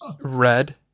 red